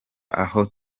ahantu